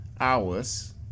hours